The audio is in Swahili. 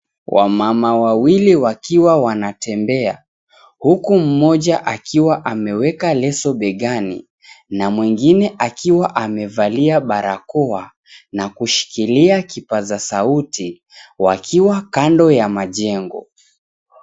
Wamama wawili wakiwa wanatembea, huku mmoja akiwa ameweka leso begani na mwingine akiwa amevalia barakoa na kushikilia kipaza sauti, wakiwa kando ya majengo.